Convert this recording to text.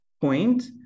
point